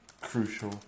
crucial